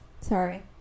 Sorry